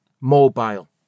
mobile